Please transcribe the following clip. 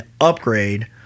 Upgrade